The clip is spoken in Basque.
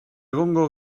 egongo